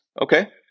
okay